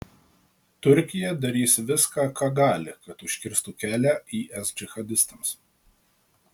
turkija darys viską ką gali kad užkirstų kelią is džihadistams